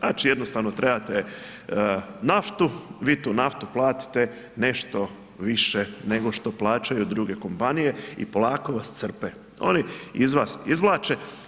Znači jednostavno trebate naftu, vi tu naftu platite nešto više nego što plaćaju druge kompanije i polako vas crpe, oni iz vas izvlače.